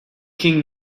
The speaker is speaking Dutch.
ging